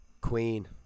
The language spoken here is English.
Queen